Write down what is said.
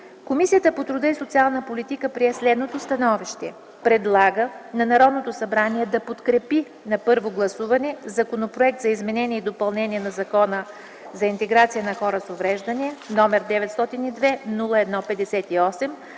Комисията по труда и социалната политика прие следното становище: Предлага на Народното събрание да подкрепи на първо гласуване Законопроект за изменение и допълнение на Закона за интеграция на хората с увреждания, № 902-01-58,